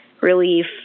relief